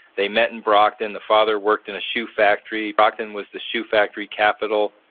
they met in brockton. the father worked in a shoe factory. brockton was the shoe factory capital,